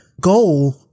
goal